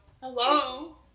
Hello